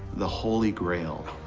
the holy grail.